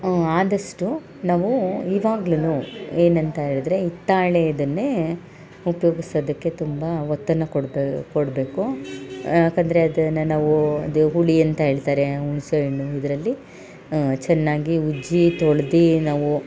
ಆದಷ್ಟು ನಾವು ಇವಾಗಲೂ ಏನಂತ ಹೇಳಿದ್ರೆ ಹಿತ್ತಾಳೆಯನ್ನೇ ಉಪ್ಯೋಗಿಸೋದಕ್ಕೆ ತುಂಬ ಒತ್ತನ್ನು ಕೊಡ್ಬೇ ಕೊಡಬೇಕು ಯಾಕೆಂದರೆ ಅದು ನನ್ನ ಓ ಅದು ಹುಳಿ ಅಂತ ಹೇಳ್ತಾರೆ ಹುಣ್ಸೆಹಣ್ಣು ಇದರಲ್ಲಿ ಚೆನ್ನಾಗಿ ಉಜ್ಜಿ ತೊಳ್ದು ನಾವು